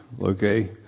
okay